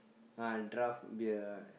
ah draft beer right